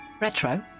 Retro